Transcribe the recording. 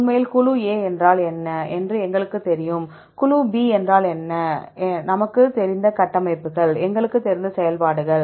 உண்மையில் குழு A என்றால் என்ன என்று எங்களுக்குத் தெரியும் குழு B என்றால் என்ன நமக்குத் தெரிந்த கட்டமைப்புகள் எங்களுக்குத் தெரிந்த செயல்பாடுகள்